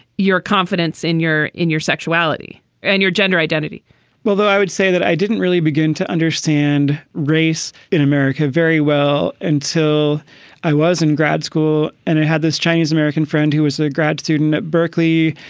your confidence in your in your sexuality and your gender identity well, though, i would say that i didn't really begin to understand race in america very well until i was in grad school. and it had this chinese-american friend who was a grad student at berkeley.